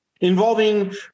involving